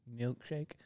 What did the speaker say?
milkshake